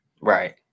Right